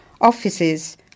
offices